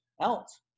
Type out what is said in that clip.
else